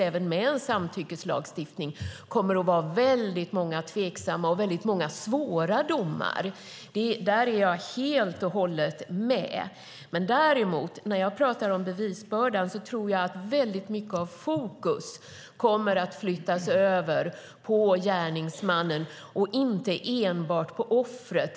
Även med en samtyckeslagstiftning kommer det att vara många tveksamma och svåra domar. Det är jag helt med på. Men när det gäller bevisbördan tror jag att mycket fokus kommer att flyttas över från offret till gärningsmannen.